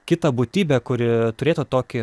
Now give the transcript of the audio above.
kitą būtybė kuri turėtų tokį